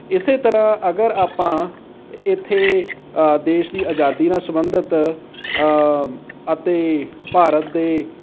ਇਸ ਤਰ੍ਹਾਂ ਅਗਰ ਆਪਾਂ ਇੱਥੇ ਦੇਸ਼ ਦੀ ਆਜ਼ਾਦੀ ਨਾਲ ਸੰਬੰਧਿਤ ਅਤੇ ਭਾਰਤ ਦੇ